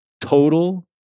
total